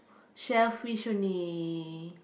shellfish only